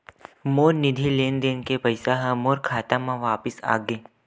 मोर निधि लेन देन के पैसा हा मोर खाता मा वापिस आ गे